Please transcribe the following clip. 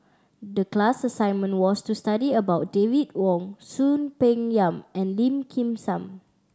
the class assignment was to study about David Wong Soon Peng Yam and Lim Kim San